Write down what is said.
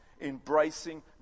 Embracing